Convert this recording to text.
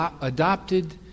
adopted